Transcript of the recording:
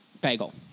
bagel